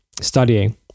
studying